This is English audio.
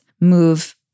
move